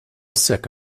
sick